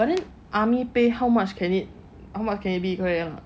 but then army pay how much can it how much can it be right or not